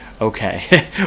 okay